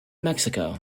mexico